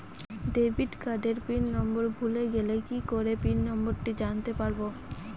Debit কার্ডের PIN number ভুলে গেলে কি করে পিন নম্বরটি জানতে পারবো?